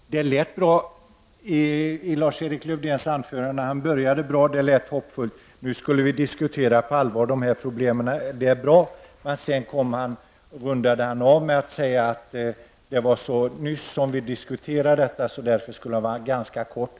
Det som Lars-Erik Lövdén sade i början av sitt anförande var bra och lät hoppfullt. Han sade nämligen att vi nu på allvar skall diskutera de här problemen, och det är ju bra. Men sedan rundade han av med att säga att vi helt nyligen diskuterade det här och att han därför skulle fatta sig ganska kort.